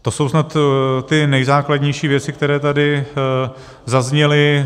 To jsou snad ty nejzákladnější věci, které tady zazněly.